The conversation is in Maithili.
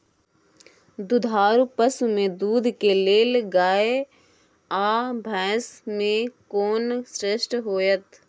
दुधारू पसु में दूध के लेल गाय आ भैंस में कोन श्रेष्ठ होयत?